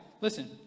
Listen